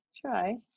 Try